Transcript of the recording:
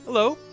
Hello